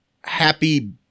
happy